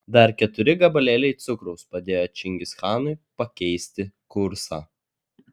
dar keturi gabalėliai cukraus padėjo čingischanui pakeisti kursą